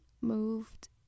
moved